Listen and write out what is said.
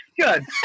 good